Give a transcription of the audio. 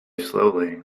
slowly